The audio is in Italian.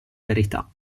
verità